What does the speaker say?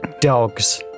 Dogs